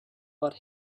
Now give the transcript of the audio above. but